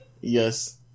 Yes